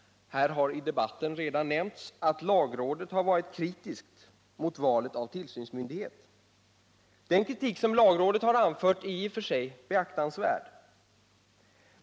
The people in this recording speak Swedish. Här har i debatten redan nämnts att lagrådet har varit kritiskt mot valet av tillsynsmyndighet. Den kritik som lagrådet har anfört är i och för sig beaktansvärd.